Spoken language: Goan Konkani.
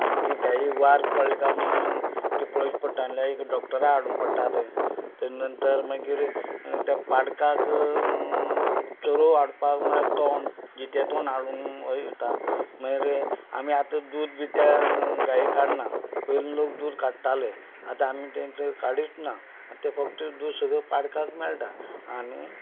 आनी ते गायेक वार पडल्या काय म्हणून ते पळोवचें पडटा लायक डॉक्टराक हाडूंक पडटा थंय ताज्या नंतर मागीर त्या पाडकाक चरोव हाडपाक म्हणल्यार तण जितें तण हाडून वयतां मागीर आमी आता दूद बी त्या गायेचें काडनात पयलीं लोक दूद काडटाले आतां आमी ताचें काडीच ना आनी ते फक्त दूद सगळें पाडकांक मेळटा आनी